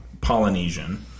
Polynesian